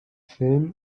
film